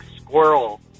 squirrel